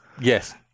Yes